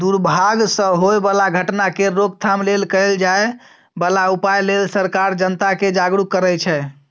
दुर्भाग सँ होए बला घटना केर रोकथाम लेल कएल जाए बला उपाए लेल सरकार जनता केँ जागरुक करै छै